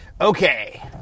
Okay